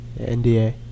NDA